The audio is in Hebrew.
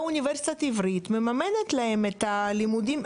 והאוניברסיטה העברית מממנת להם את הלימודים.